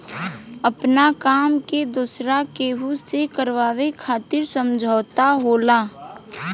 आपना काम के दोसरा केहू से करावे खातिर समझौता होला